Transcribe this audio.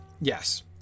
Yes